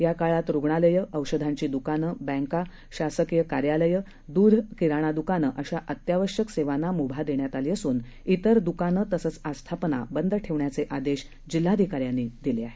या काळात रुग्णालयं औषधांची दुकानं बँका शासकीय कार्यालयं दूध किराणा दुकानं अशा अत्यावश्यक सेवांना मुभा देण्यात आली असून तिर दुकानं तसंच आस्थापना बंद ठेवण्याचे आदेश जिल्हाधिकाऱ्यांनी दिले आहेत